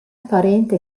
parente